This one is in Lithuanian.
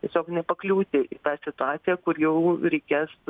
tiesiog nepakliūti į tą situaciją kur jau reikės